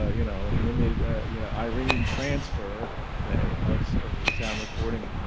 ah you know, an image you know, irene transfer, say of of a sound recording,